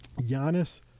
Giannis